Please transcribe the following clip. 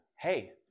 hey